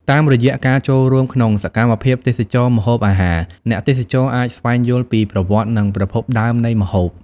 តាមរយៈការចូលរួមក្នុងសកម្មភាពទេសចរណ៍ម្ហូបអាហារ អ្នកទេសចរអាច ស្វែងយល់ពីប្រវត្តិ និងប្រភពដើមនៃម្ហូប ។